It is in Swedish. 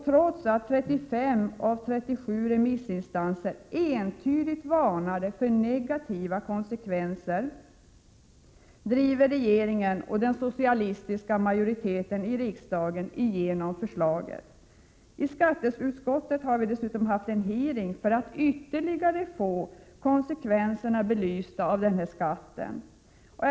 Trots att 35 av 37 remissinstanser entydigt varnade för negativa konsekvenser, driver regeringen och den socialistiska majoriteten i riksdagen igenom förslaget. I skatteutskottet har vi dessutom haft en hearing för att ytterligare få konsekvenserna av denna skatt belysta.